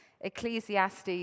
Ecclesiastes